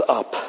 up